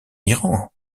iran